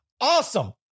awesome